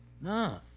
No